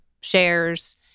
shares